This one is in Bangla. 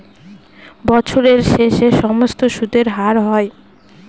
বছরের শেষে সমস্ত সুদের হার হয়